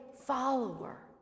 follower